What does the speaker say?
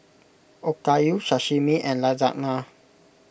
Okayu Sashimi and Lasagna